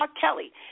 Kelly